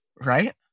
right